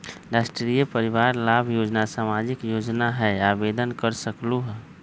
राष्ट्रीय परिवार लाभ योजना सामाजिक योजना है आवेदन कर सकलहु?